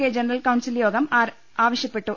K general council യോഗം ആവശ്യപ്പെട്ടു